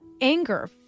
anger